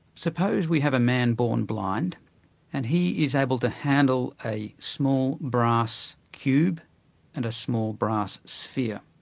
suppose we have a man born blind and he is able to handle a small brass cube and a small brass sphere.